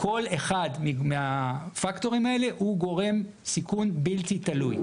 כל אחד מהפקטורים האלה הוא גורם סיכון בלתי תלוי.